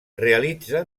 realitza